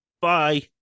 Bye